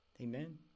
Amen